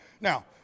Now